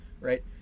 right